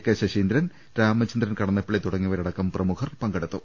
K Saseendran Ramachandran Kadannappally തുടങ്ങിയവരടക്കം പ്രമുഖർ പങ്കെടുത്തു